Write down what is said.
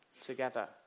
together